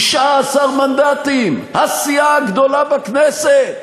19 מנדטים, הסיעה הגדולה בכנסת,